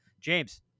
James